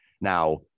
now